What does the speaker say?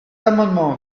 amendement